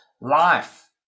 life